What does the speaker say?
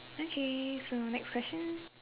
okay so next question